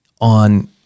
on